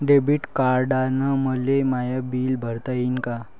Debit कार्डानं मले my bill भरता येईन का?